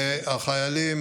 והחיילים,